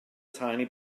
tiny